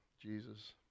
Jesus